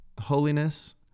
holiness